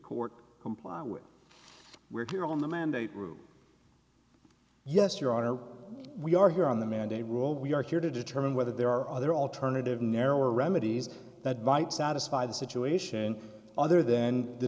court comply with we're here on the mandate route yes your honor we are here on the mandate rule we are here to determine whether there are other alternative narrower remedies that might satisfy the situation other then the